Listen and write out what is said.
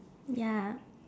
ya